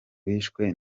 bishwe